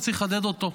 וצריך לחדד אותו.